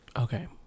Okay